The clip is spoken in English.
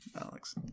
Alex